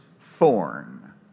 thorn